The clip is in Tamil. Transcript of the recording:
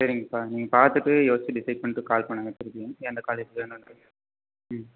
சரிங்கப்பா நீங்கள் பார்த்துட்டு யோசித்து டிசைட் பண்ணிவிட்டு கால் பண்ணுங்கள் திருப்பியும் எந்த காலேஜ் வேணும்னு ம்